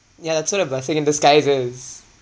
ya that's sort of blessing in disguise